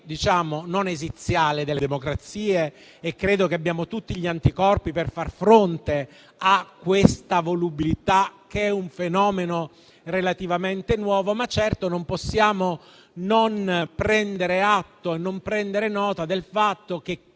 non esiziale delle democrazie e credo che abbiamo tutti gli anticorpi per far fronte a questa volubilità, che è un fenomeno relativamente nuovo, ma certo non possiamo non prendere atto e nota del fatto che